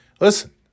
listen